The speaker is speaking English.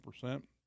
percent